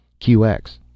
QX